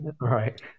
right